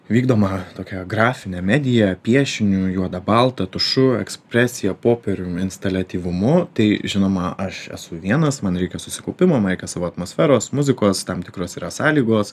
vykdoma tokia grafine medija piešiniu juoda balta tušu ekspresija popierium instaliatyvumu tai žinoma aš esu vienas man reikia susikaupimo man reikia savo atmosferos muzikos tam tikros yra sąlygos